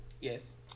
yes